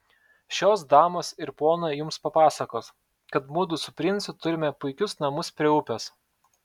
šios damos ir ponai jums papasakos kad mudu su princu turime puikius namus prie upės